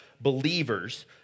believers